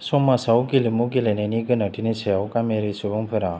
समाजाव गेलेमु गेलेनायनि गोनांथिनि सायाव गामियारि सुबुंफोरा